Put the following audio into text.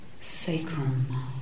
sacrum